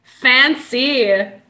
fancy